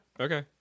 Okay